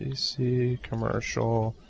olpc commercial.